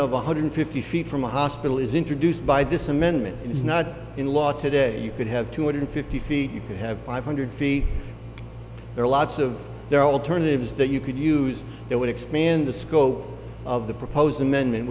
one hundred fifty feet from a hospital is introduced by this amendment is not in law today you could have two hundred fifty feet you could have five hundred feet there are lots of there are alternatives that you could use that would expand the scope of the proposed amendment